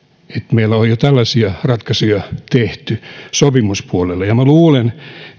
meillä on jo tällaisia ratkaisuja tehty sopimuspuolelle ja minä luulen